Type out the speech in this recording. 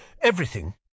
Everything